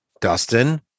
Dustin